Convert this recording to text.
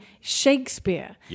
Shakespeare